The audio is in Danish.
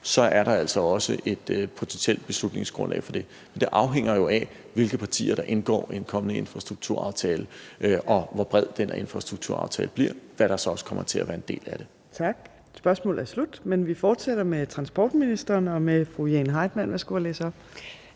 også er et potentielt beslutningsgrundlag for det. Det afhænger jo af, hvilke partier der indgår i en kommende infrastrukturaftale, og hvor bred denne infrastrukturaftale bliver, hvad der så kommer til at være en del af det. Kl. 13:59 Fjerde næstformand (Trine Torp): Spørgsmålet er slut. Men vi fortsætter med transportministeren og fru Jane Heitmann. Kl. 14:00 Spm. nr.